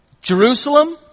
jerusalem